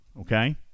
okay